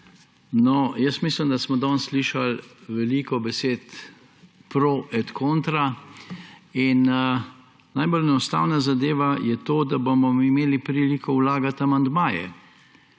Jaz mislim, da smo danes slišali veliko besed pro et contra in najbolj enostavna zadeva je to, da bomo mi imeli priliko vlagati amandmaje.